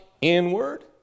inward